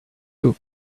clue